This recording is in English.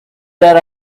that